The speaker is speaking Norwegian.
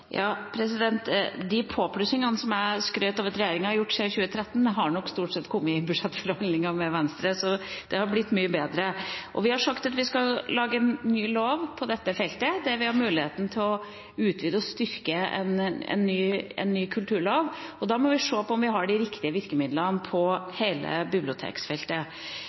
De påplussingene som jeg skrøt av at regjeringa har gjort siden 2013, har nok stort sett kommet i budsjettforhandlingene med Venstre, så det har blitt mye bedre. Vi har sagt at vi skal lage en ny lov på dette feltet, der vi har muligheten til å utvide og styrke en ny kulturlov, og da må vi se på om vi har de riktige virkemidlene på hele bibliotekfeltet.